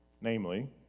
Namely